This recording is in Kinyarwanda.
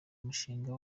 umushinga